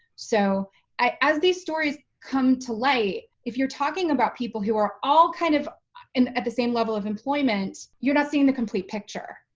so as these stories come to light, if you're talking about people who are all kind of and at the same level of employment you're not seeing the complete picture,